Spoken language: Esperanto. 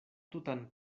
tutan